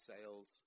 sales